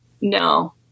No